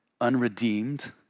unredeemed